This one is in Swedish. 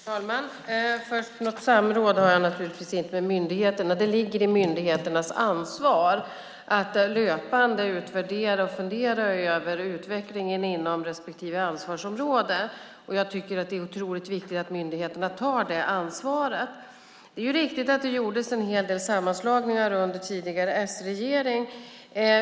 Fru talman! Något samråd har vi naturligtvis inte med myndigheterna. Det ligger i myndigheternas ansvar att löpande utvärdera och fundera över utvecklingen inom respektive ansvarsområde. Jag tycker att det är otroligt viktigt att myndigheterna tar det ansvaret. Det är riktigt att det gjordes en hel del sammanslagningar under en tidigare S-regering.